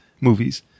movies